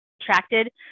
attracted